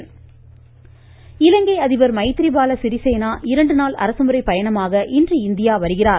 இலங்கை இலங்கை அதிபர் மைத்ரி பால சிறிசேனா இரண்டு நாள் அரசுமுறைப்பயணமாக இன்று இந்தியா வருகிறார்